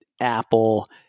Apple